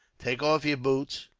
take off your boots,